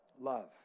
Love